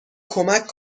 کمک